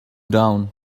down